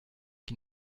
qui